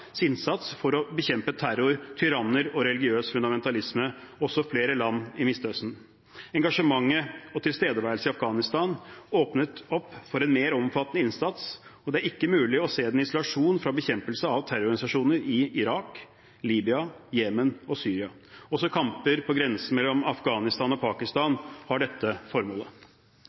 innsats for å bekjempe terror, tyranner og religiøs fundamentalisme også i flere land i Midtøsten. Engasjementet og tilstedeværelsen i Afghanistan åpnet opp for en mer omfattende innsats, og det er ikke mulig å se den isolert fra bekjempelse av terrororganisasjoner i Irak, Libya, Yemen og Syria. Også kamper på grensen mellom Afghanistan og Pakistan har dette formålet.